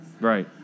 Right